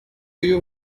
you